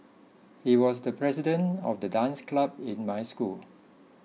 he was the president of the dance club in my school